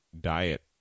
diet